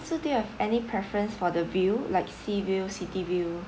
so do you have any preference for the view like sea view city view